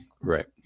Right